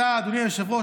אדוני היושב-ראש,